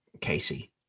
Casey